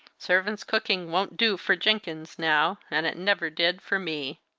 servants' cooking won't do for jenkins now, and it never did for me.